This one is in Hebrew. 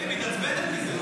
היא מתעצבנת מזה.